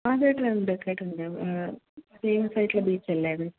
ആ കേട്ടിട്ടുണ്ട് കേട്ടിട്ടുണ്ട് ഫേമസ് ആയിട്ടുള്ള ബീച്ച് അല്ലേ അത്